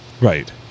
Right